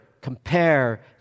compare